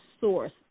source